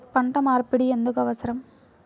పంట మార్పిడి ఎందుకు అవసరం?